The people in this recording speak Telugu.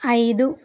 ఐదు